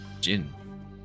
Jin